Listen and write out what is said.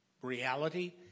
reality